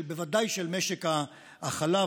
בוודאי של משק החלב,